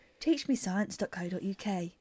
teachmescience.co.uk